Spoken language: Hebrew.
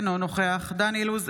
אינו נוכח דן אילוז,